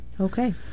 Okay